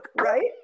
right